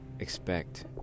expect